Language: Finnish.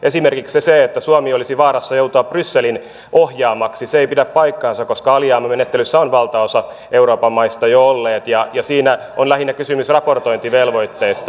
esimerkiksi se että suomi olisi vaarassa joutua brysselin ohjaamaksi ei pidä paikkaansa koska alijäämämenettelyssä on valtaosa euroopan maista jo ollut ja siinä on lähinnä kysymys raportointivelvoitteesta